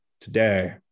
today